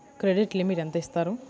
Credit limit ఎంత ఇస్తారు?